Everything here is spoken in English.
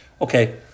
Okay